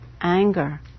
anger